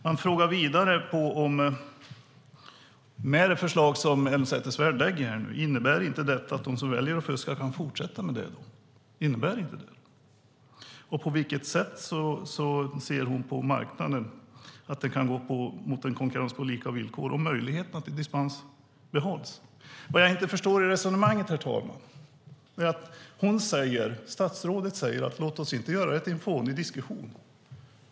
De frågar vidare: Innebär inte det förslag som Elmsäter-Svärd lägger att de som väljer att fuska kan fortsätta med det? På vilket sätt ser hon att marknaden kan gå mot en konkurrens på lika villkor om möjligheterna till dispens behålls? Det är något jag inte förstår i resonemanget, herr talman. Statsrådet säger: Låt oss inte göra detta till en fånig diskussion!